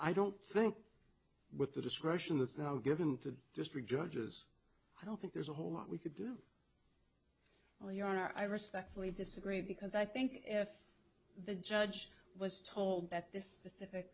i don't think with the discretion that's now given to the district judges i don't think there's a whole lot we could do well your honor i respectfully disagree because i think if the judge was told that this pacific